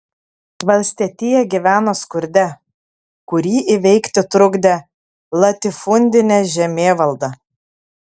valstietija gyveno skurde kurį įveikti trukdė latifundinė žemėvalda